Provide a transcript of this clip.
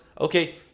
Okay